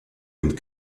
und